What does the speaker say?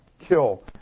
kill